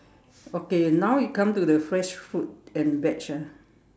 okay now you come the fresh fruit and veg ah